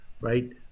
right